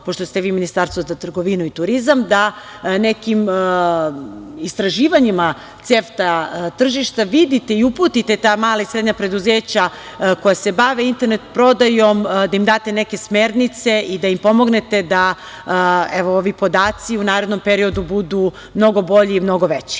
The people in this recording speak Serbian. pošto ste vi Ministarstvo za trgovinu i turizam da nekim istraživanjima CEFTA tržišta vidite i uputite ta mala i srednja preduzeća koja se bave internet prodajom, da im date neke smernice i da im pomognete da ovi podaci u narednom periodu budu mnogo bolji i mnogo veći. Mi